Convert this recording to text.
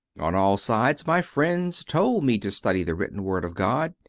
on all sides my friends told me to study the written word of god,